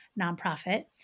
nonprofit